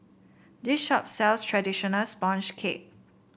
this shop sells traditional sponge cake